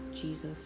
jesus